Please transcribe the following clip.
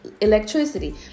electricity